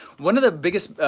one of the biggest,